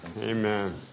Amen